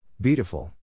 Beautiful